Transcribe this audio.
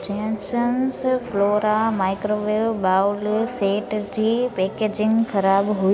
Jensons Flora microwave bowl set जी packaging ख़राबु हुई